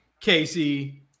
Casey